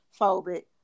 phobic